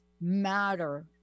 matter